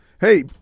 Hey